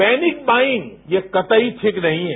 panic buying यह कतई ठीक नहीं है